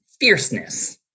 fierceness